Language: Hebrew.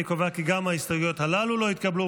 אני קובע כי גם ההסתייגויות הללו לא התקבלו.